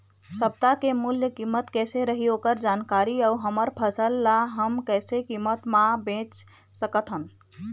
सप्ता के मूल्य कीमत कैसे रही ओकर जानकारी अऊ हमर फसल ला हम कैसे कीमत मा बेच सकत हन?